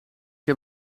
heb